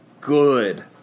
good